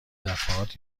دفعات